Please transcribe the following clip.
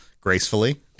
gracefully